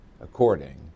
according